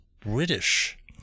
British